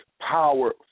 power